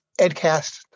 Edcast